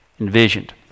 envisioned